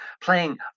playing